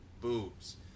boobs